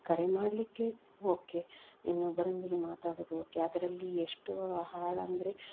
ಕರೆ ಮಾಡಲಿಕ್ಕೆ ಓಕೆ ಇನ್ನೊಬ್ಬರೊಂದಿಗೆ ಮಾತಾಡುವುದು ಓಕೆ ಅದರಲ್ಲಿ ಎಷ್ಟೋ ಹಾಳಂದರೆ